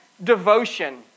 Devotion